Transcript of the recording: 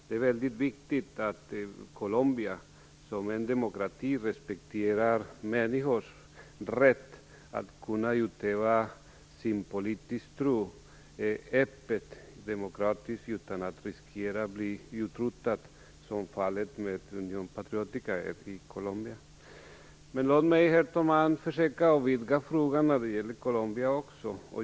Det är väldigt viktigt att Colombia som en demokrati respekterar människors rätt att kunna utöva sin politiska uppfattning öppet och demokratiskt utan att riskera att bli utrotad, som är fallet med Uniòn Patriotica i Colombia. Herr talman! Låt mig försöka att vidga frågan när det gäller Colombia.